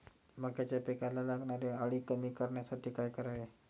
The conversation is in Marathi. मक्याच्या पिकाला लागणारी अळी कमी करण्यासाठी काय करावे?